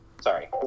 Sorry